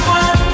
one